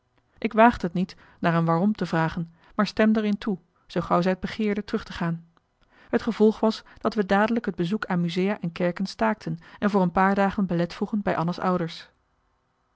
ik waagde t niet naar een waarom te vragen maar stemde er in toe zoo gauw zij t begeerde terug te gaan het gevolg was dat we dadelijk het bezoek aan musea en kerken staakten en voor een paar dagen belet vroegen bij anna's ouders